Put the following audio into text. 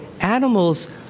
animals